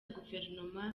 guverinoma